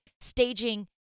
staging